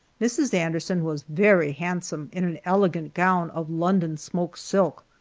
mrs. anderson was very handsome in an elegant gown of london-smoke silk.